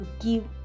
give